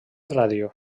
ràdio